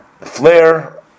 flare